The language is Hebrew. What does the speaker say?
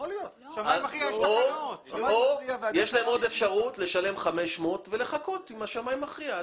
יש להם אפשרות לשלם 500 אלף ולחכות עם השמאי המכריע.